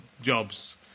jobs